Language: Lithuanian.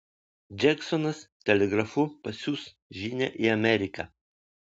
džeksonas telegrafu pasiųs žinią į ameriką